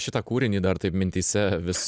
šitą kūrinį dar taip mintyse vis